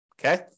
Okay